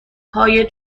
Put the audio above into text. های